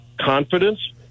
confidence